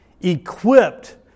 equipped